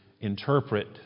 interpret